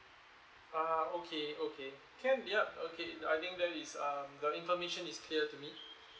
uh okay okay can yup okay I think there is um the information is clear to me